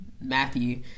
Matthew